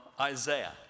Isaiah